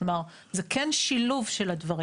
כלומר, זה כן שילוב של הדברים.